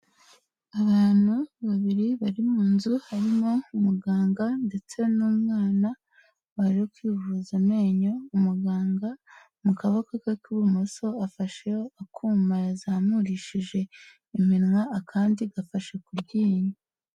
Abantu babiri bari mu nzu harimo umuganga ndetse n'umwana waje kwivuza amenyo, umuganga mu kaboko ke k'ibumoso afasheho akuma yazamurishije iminwa akandi gafashe ku ryinyo.